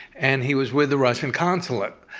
and he was with the russian consulate,